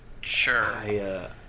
Sure